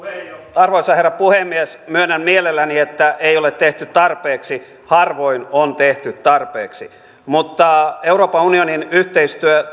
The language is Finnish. arvoisa herra puhemies myönnän mielelläni että ei ole tehty tarpeeksi harvoin on tehty tarpeeksi mutta euroopan unionin yhteistyö